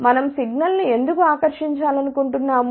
మనం సిగ్నల్ ను ఎందుకు ఆకర్షించాలనుకుంటున్నాము